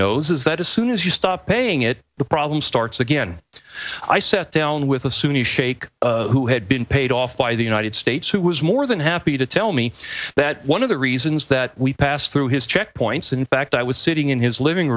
is that as soon as you stop paying it the problem starts again i sat down with a sunni shaikh who had been paid off by the united states who was more than happy to tell me that one of the reasons that we passed through his checkpoints in fact i was sitting in his living